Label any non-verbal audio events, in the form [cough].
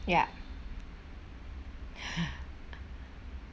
ya [laughs]